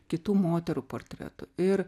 kitų moterų portretų ir